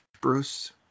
Bruce